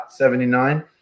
79